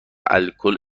الکل